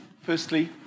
firstly